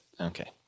okay